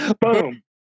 boom